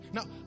Now